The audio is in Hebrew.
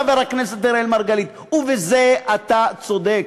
חבר הכנסת אראל מרגלית, ובזה אתה צודק.